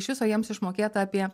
iš viso jiems išmokėta apie